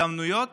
הזדמנויות